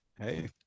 Hey